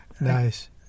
Nice